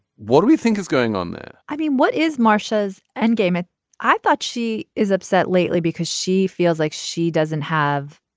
what do you think is going on i mean what is marcia's end game. ah i thought she is upset lately because she feels like she doesn't have.